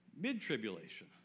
mid-tribulation